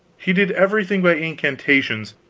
he did everything by incantations